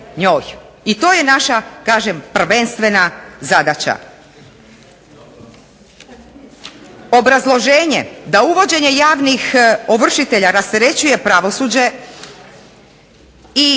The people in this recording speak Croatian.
njoj. I to je naša prvenstvena zadaća. Obrazloženje da uvođenje javnih ovršitelja rasterećuje pravosuđe i